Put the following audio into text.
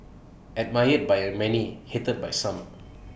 admired by many hated by some